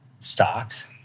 stocks